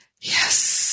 Yes